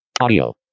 Audio